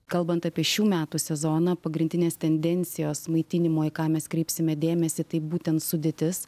kalbant apie šių metų sezoną pagrindinės tendencijos maitinimo į ką mes kreipsime dėmesį tai būtent sudėtis